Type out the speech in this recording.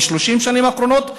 ב-30 השנים האחרונות?